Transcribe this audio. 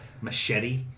machete